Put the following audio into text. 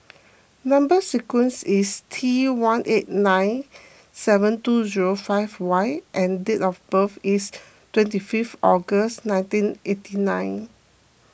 Number Sequence is T one eight nine seven two zero five Y and date of birth is twenty fifth August nineteen eighty nine